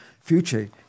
Future